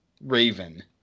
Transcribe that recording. Raven